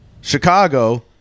chicago